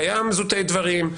קיים זוטי דברים,